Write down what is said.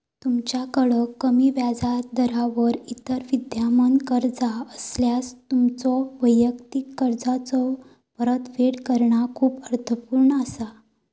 तुमच्याकड कमी व्याजदरावर इतर विद्यमान कर्जा असल्यास, तुमच्यो वैयक्तिक कर्जाचो परतफेड करणा खूप अर्थपूर्ण असा